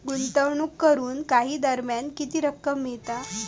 गुंतवणूक करून काही दरम्यान किती रक्कम मिळता?